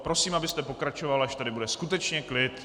Prosím, abyste pokračoval, až tady bude skutečně klid.